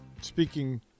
speaking